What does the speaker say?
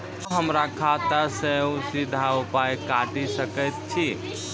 अहॉ हमरा खाता सअ सीधा पाय काटि सकैत छी?